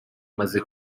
imaze